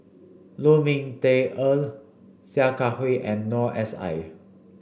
Lu Ming Teh Earl Sia Kah Hui and Noor S I